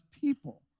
people